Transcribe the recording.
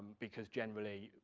because generally,